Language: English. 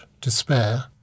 despair